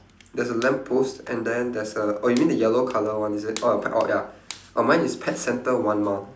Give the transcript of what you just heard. there's a lamppost and then there's a oh you mean the yellow colour one is it oh oh ya oh mine is pet centre one mile